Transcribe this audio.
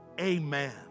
Amen